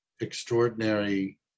extraordinary